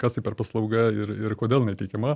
kas tai per paslauga ir ir kodėl jinai teikiama